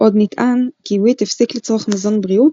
עוד נטען כי וויט הפסיק לצרוך מזון בריאות